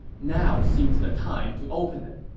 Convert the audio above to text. now seems the time to open it.